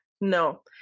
No